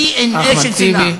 דנ"א של שנאה.